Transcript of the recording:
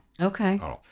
Okay